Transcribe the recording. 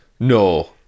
No